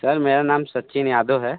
sir मेरा नाम सचिन यादव है